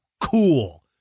cool